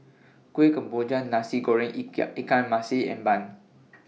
Kuih Kemboja Nasi Goreng Ikan Masin and Bun